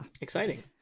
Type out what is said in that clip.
exciting